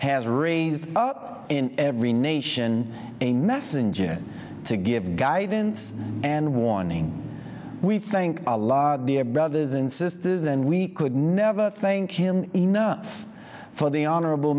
in every nation a messenger to give guidance and warning we think a lot of brothers and sisters and we could never think him enough for the honorable